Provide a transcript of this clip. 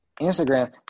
Instagram